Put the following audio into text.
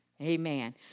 Amen